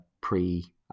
pre